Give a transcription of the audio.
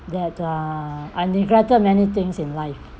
that uh I neglected many things in life